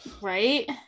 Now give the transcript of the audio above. Right